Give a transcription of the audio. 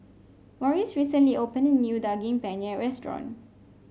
Morris recently opened a new Daging Penyet Restaurant